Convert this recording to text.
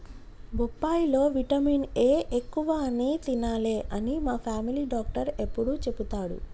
బొప్పాయి లో vitamin A ఎక్కువ అని తినాలే అని మా ఫామిలీ డాక్టర్ ఎప్పుడు చెపుతాడు